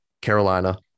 Carolina